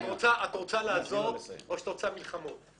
את רוצה לעזור או שאת רוצה מלחמות?